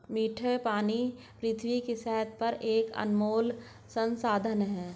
मीठे पानी पृथ्वी की सतह पर एक अनमोल संसाधन है